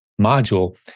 module